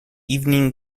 evening